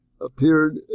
appeared